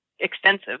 extensive